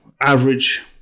average